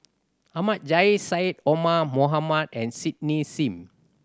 Ahmad Jais Syed Omar Moham and Cindy Sim